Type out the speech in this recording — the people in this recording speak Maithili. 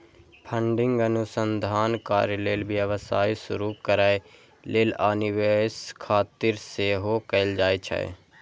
फंडिंग अनुसंधान कार्य लेल, व्यवसाय शुरू करै लेल, आ निवेश खातिर सेहो कैल जाइ छै